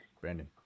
Brandon